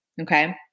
Okay